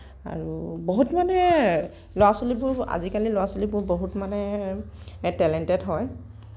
আৰু বহুত মানে ল'ৰা ছোৱালীবোৰ আজিকালি ল'ৰা ছোৱালীবোৰ বহুত মানে টেলেণ্টেড হয়